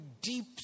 deep